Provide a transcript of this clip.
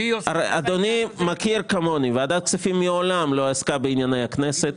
אדוני מכיר כמוני ויודע שוועדת כספים מעולם לא עסקה בענייני הכנסת.